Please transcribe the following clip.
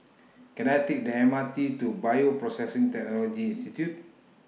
Can I Take The M R T to Bioprocessing Technology Institute